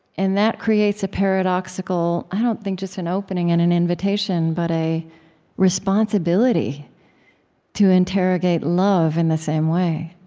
and that creates a paradoxical i don't think just an opening and an invitation, but a responsibility to interrogate love in the same way,